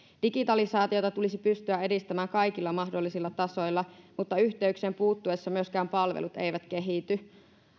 digitalisaatiota tulisi pystyä edistämään kaikilla mahdollisilla tasoilla mutta yhteyksien puuttuessa myöskään palvelut eivät kehity